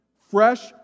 fresh